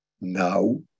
Now